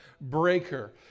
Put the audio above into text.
breaker